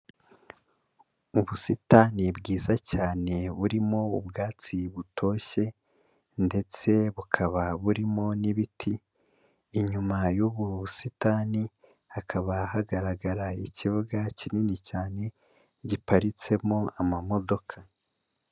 Ubusitani bwiza cyane, burimo ubwatsi butoshye ndetse bukaba burimo n'ibiti, inyuma y'ubu busitani hakaba hagaragara ikibuga kinini cyane, giparitsemo amamodoka.